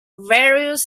various